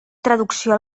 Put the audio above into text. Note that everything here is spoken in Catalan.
traducció